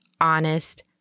honest